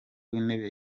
w’intebe